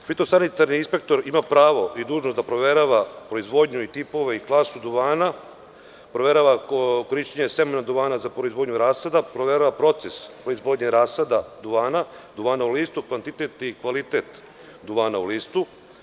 Fitosanitarni inspektor ima pravo idužnost da proverava proizvodnju, tipove i klasu duvana, proverava korišćenje semenog duvanaza proizvodnju rasada, proverava proces proizvodnje rasada duvana, duvana u listu, kvantitet i kvalitet duvana u listu.